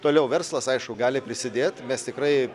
toliau verslas aišku gali prisidėt mes tikrai